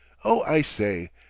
oh, i say!